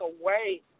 away